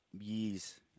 years